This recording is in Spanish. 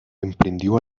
emprendió